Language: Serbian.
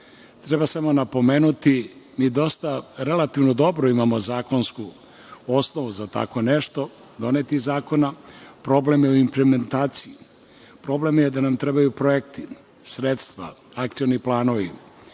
Treba samo napomenuti, mi imamo relativno dobru zakonsku osnovu za tako nešto donetih zakona. Problem je u implementaciji, problem je da nam trebaju projekti, sredstva, akcioni planovi.